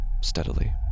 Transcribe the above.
steadily